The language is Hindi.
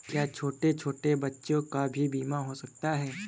क्या छोटे छोटे बच्चों का भी बीमा हो सकता है?